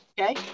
okay